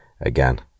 again